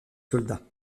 soldats